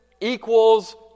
equals